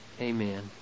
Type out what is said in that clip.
Amen